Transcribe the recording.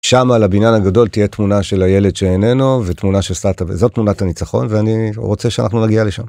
שם, על הבניין הגדול תהיה תמונה של הילד שאיננו, ותמונה של סבתא, וזאת תמונת הניצחון, ואני רוצה שאנחנו נגיע לשם.